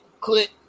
click